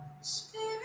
Spirit